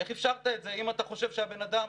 איך אפשרת את זה אם אתה חושב שהבן אדם